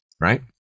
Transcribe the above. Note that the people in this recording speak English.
right